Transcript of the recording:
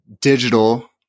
Digital